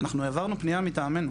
אנחנו העברנו פנייה מטעמנו,